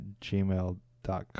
gmail.com